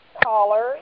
Caller